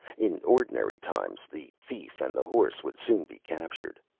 in ordinary times the thief and the horse would soon be captured.